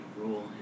rule